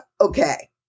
okay